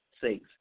safe